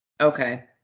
Okay